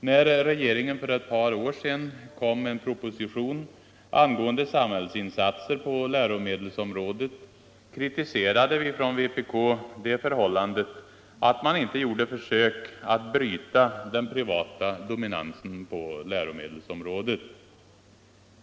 När regeringen för ett par år sedan kom med en proposition angående samhällsinsatser på läromedelsområdet kritiserade vi från vpk det förhållandet att man inte gjorde försök att bryta den privata dominansen på läromedelsområdet.